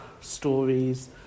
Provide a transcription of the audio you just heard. stories